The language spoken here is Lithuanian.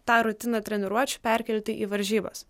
tą rutiną treniruočių perkelti į varžybas